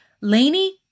laney